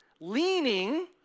Leaning